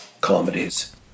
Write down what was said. comedies